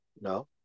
No